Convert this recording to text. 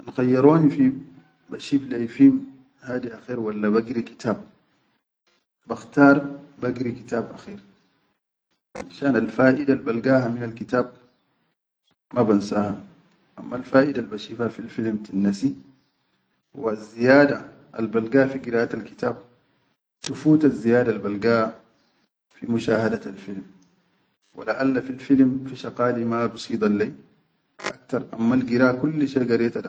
Kan khayyaroni fi bashif lai fim hadi akher walla bagiri kitab, bakhtar bagiri kitab, finshan alfaʼidal balgha minal kitab ma bansaha, ammal faʼidal bashifa fil filim tinnasi wazziyada albalga fi girtal kitab tifutazziyadal balga fi mushahadatal filim, wa laʼalla fil filim fi sgaqali ma bisidan lai aktar ammal gira kulli shai.